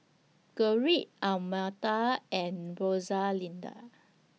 Gerrit Almeta and Rosalinda